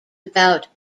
about